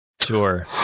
Sure